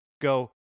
Go